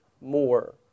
more